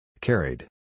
Carried